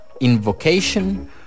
Invocation